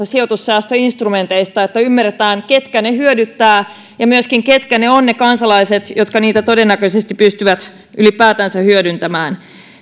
sijoitussäästöinstrumenteista niin että ymmärretään keitä ne hyödyttävät ja ketkä ovat ne kansalaiset jotka niitä todennäköisesti pystyvät ylipäätänsä hyödyntämään